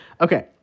Okay